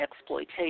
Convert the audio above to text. exploitation